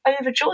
overjoyed